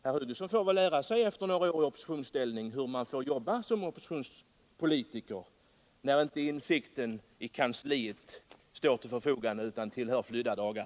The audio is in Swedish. Herr Hugosson lär sig väl, efter några år i oppositionsställning, hur man får jobba som oppositionspolitiker, när inte insynen i kansliet står till förfogande utan tillhör flydda dagar.